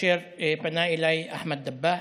כאשר פנה אליי אחמד דבאח,